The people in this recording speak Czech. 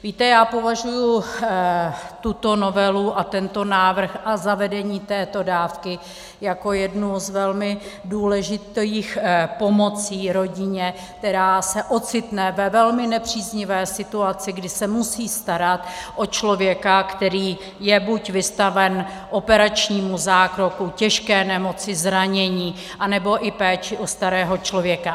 Víte, já považuji tuto novelu a tento návrh a zavedení této dávky jako jednu z velmi důležitých pomocí rodině, která se ocitne ve velmi nepříznivé situaci, kdy se musí starat o člověka, který je buď vystaven operačnímu zákroku, těžké nemoci, zranění, nebo i péči o starého člověka.